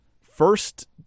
first